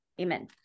Amen